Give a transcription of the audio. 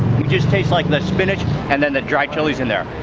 you just taste like spinach and then the dried chilis in there.